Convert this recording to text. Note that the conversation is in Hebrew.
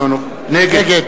נגד